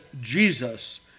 Jesus